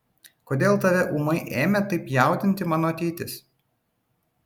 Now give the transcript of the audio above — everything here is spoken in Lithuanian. kodėl tave ūmai ėmė taip jaudinti mano ateitis